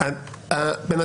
ההון.